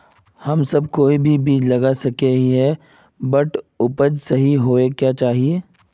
हम सब कोई भी बीज लगा सके ही है बट उपज सही होबे क्याँ चाहिए?